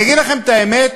אני אגיד לכם את האמת,